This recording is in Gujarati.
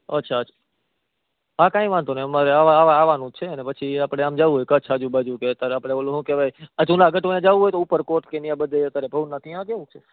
અચ્છા હા કઈ વાંધો નહીં મારે હવે આવ આવાનું જ છે પછી આપણે આમ જવું છે કચ્છ આજુબાજુ અત્યારે પેલું શું કહેવાય જૂનાગઢ જવું હોય તો ઉપરકોટ કે અહીંયા ભવનાથ ને યા જવું છે